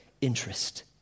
interest